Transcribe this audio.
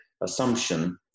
assumption